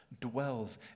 dwells